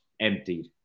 Emptied